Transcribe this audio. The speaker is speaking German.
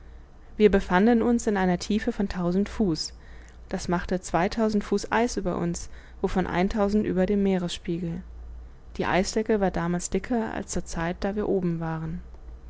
wir befanden uns in einer tiefe von tausend fuß das machte zweitausend fuß eis über uns wovon eintausend über dem meeresspiegel die eisdecke war damals dicker als zur zeit da wir oben waren